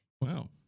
Wow